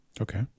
Okay